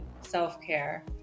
self-care